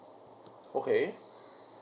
okay